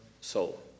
soul